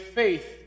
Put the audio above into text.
faith